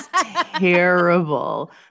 terrible